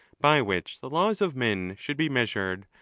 by which the laws of men should be measured,